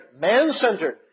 man-centered